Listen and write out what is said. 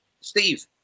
Steve